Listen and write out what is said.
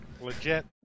Legit